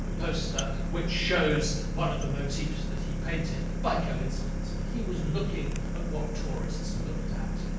but poster which shows one of the motifs that he painted by coincidence, but he was looking at what tourists looked at.